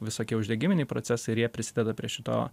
visokie uždegiminiai procesai ir jie prisideda prie šito